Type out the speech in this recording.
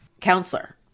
counselor